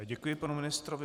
Děkuji panu ministrovi.